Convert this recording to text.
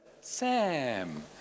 Sam